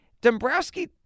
Dombrowski